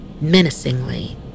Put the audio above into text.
Menacingly